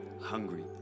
hungry